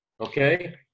okay